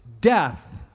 death